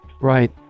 Right